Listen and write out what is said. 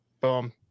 Boom